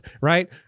Right